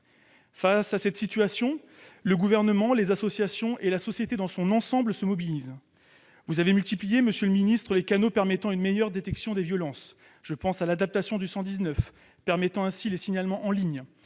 Face à cette situation, le Gouvernement, les associations et la société dans son ensemble se mobilisent. Monsieur le secrétaire d'État, vous avez multiplié les canaux permettant une meilleure détection des violences : je pense à l'adaptation du 119, permettant ainsi les signalements en ligne,